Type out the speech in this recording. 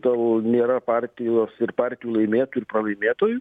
tol nėra partijos ir partijų laimėtų ir pralaimėtojų